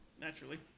Naturally